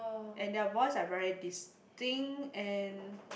and their voice are very distinct and